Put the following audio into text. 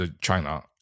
China